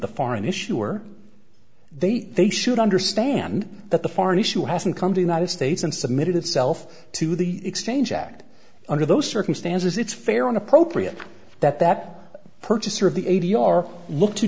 the foreign issue or they they should understand that the foreign issue hasn't come to united states and submitted itself to the exchange act under those circumstances it's fair and appropriate that that purchaser of the a d r look to